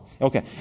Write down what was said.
Okay